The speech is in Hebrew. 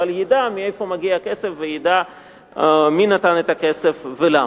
אבל ידע מאיפה מגיע הכסף וידע מי נתן את הכסף ולמה.